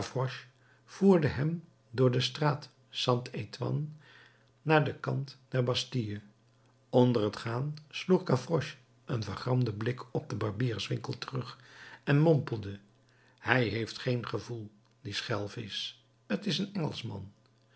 voerde hen door de straat st antoine naar den kant der bastille onder t gaan sloeg gavroche een vergramden blik op den barbierswinkel terug en mompelde hij heeft geen gevoel die schelvisch t is een engelschman